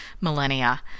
millennia